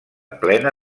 plena